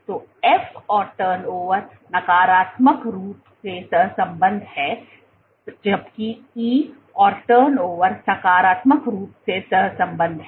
तो F और turnover नकारात्मक रूप से सहसंबद्ध हैं जबकि E और टर्नओवर सकारात्मक रूप से सहसंबद्ध हैं